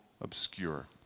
obscure